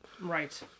Right